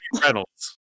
Reynolds